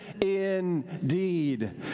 indeed